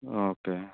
okay